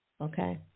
Okay